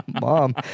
Mom